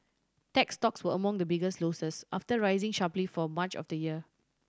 tech stocks were among the biggest losers after rising sharply for much of the year